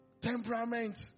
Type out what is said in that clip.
temperament